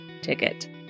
ticket